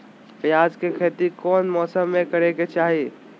प्याज के खेती कौन मौसम में करे के चाही?